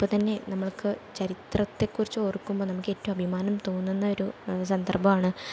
ഇപ്പം തന്നെ നമ്മൾക്ക് ചരിത്രത്തെക്കുറിച്ച് ഓർക്കുമ്പോൾ നമുക്ക് ഏറ്റവും അഭിമാനം തോന്നുന്ന ഒരു സന്ദർഭമാണ്